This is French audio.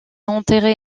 enterré